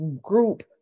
group